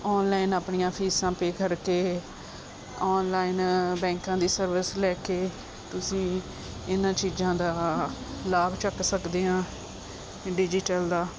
online ਆਪਣੀਆਂ ਫੀਸਾਂ pay ਕਰਕੇ ਆਨਲਾਈਨ ਬੈਂਕਾਂ ਦੀ ਸਰਵਿਸ ਲੈ ਕੇ ਤੁਸੀਂ ਇਹਨਾਂ ਚੀਜ਼ਾਂ ਦਾ ਲਾਭ ਚੱਕ ਸਕਦੇ ਹਾਂ ਡਿਜੀਟਲ ਦਾ